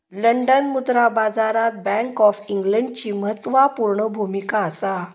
London मुद्रा बाजारात bank of इंग्लंडची म्हत्त्वापूर्ण भुमिका असा